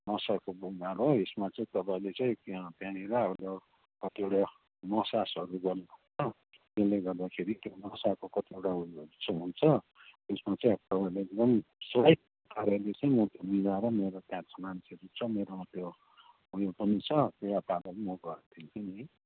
नसाको बिमार हो यसमा चाहिँ तपाईँले चाहिँ त्यहाँ त्यहाँनिर अब कतिवटा मसाजहरू गर्नुपर्छ त्यसले गर्दाखेरि त्यो नसाको कतिवटा हुन्छ त्यसमा चाहिँ तपाईँले एकदम सही पाराले चाहिँ म मिलाएर मेरो पासको मान्छे हुन्छ मेरो अब यो उयो पनि छ म गरिदिन्छु नि